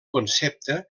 concepte